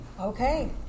Okay